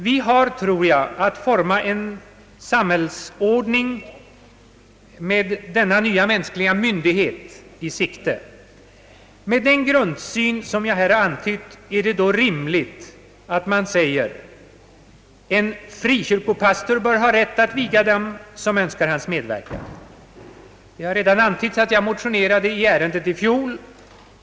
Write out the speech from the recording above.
Vi har, tror jag, att forma en samhällsordning med denna vår nya mänskliga myndighet i sikte. Är det då rimligt att säga, med den grundsyn som jag nu antytt: En frikyrkopastor bör ha rätt att viga dem som önskar hans medverkan? Jag har redan nämnt att jag motionerade i ärendet förra året.